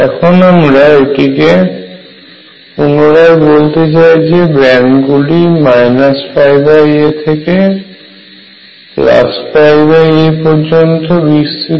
এখন আমরা এটিকে পুনরায় বলতে চাই যে ব্যান্ড গুলি a থেকে a পর্যন্ত বিস্তৃত